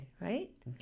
right